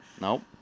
Nope